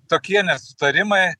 tokie nesutarimai